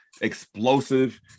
explosive